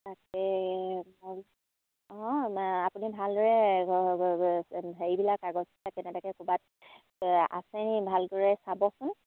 তাকে অঁ আপুনি ভালদৰে হেৰিবিলাক কাগজ কেনেবাকৈ ক'ৰবাত আছেনি ভালদৰে চাবচোন